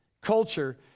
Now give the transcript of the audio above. culture